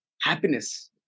happiness